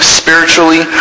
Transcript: spiritually